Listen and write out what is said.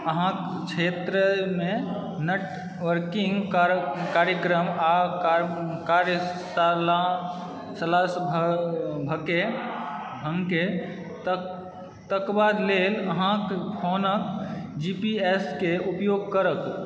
अहाँक क्षेत्रमे नेटवर्किंग कार्यक्रम आ कार्यशाला सलाह सुविधाके तकबा लेल अहाँकेँ फोनके जीपीएसके उपयोग करत